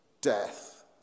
death